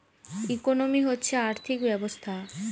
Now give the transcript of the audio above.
economy হচ্ছে আর্থিক ব্যবস্থা